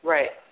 Right